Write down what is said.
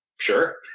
Sure